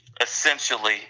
essentially